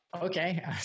okay